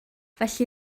felly